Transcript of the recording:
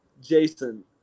Jason